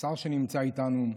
השר שנמצא איתנו,